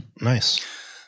nice